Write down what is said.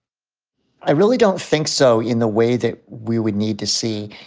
i really don't think so in the way that we would need to see.